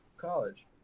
College